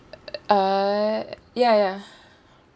uh ya ya